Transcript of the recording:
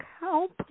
help